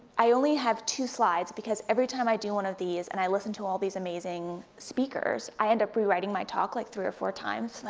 i only have two slides, because every time i do one of these, and i listen to all these amazing speakers, i end up rewriting my talk like three or four times, and